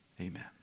amen